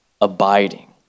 abiding